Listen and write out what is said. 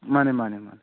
ꯃꯥꯅꯦ ꯃꯥꯅꯦ ꯃꯥꯅꯦ